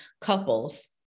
couples